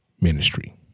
ministry